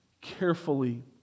carefully